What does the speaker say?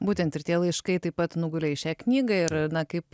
būtent ir tie laiškai taip pat nugulė į šią knygą ir na kaip